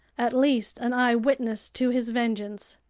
at least an eyewitness to his vengeance!